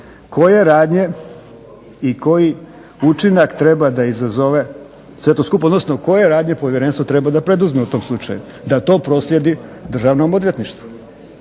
koje radnje i koji učinak treba da izazove sve to skupa odnosno koje radnje povjerenstvo treba da preduzme u tom slučaju da to proslijedi Državnom odvjetništvu.